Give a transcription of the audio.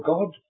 God